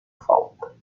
falta